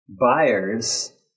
buyers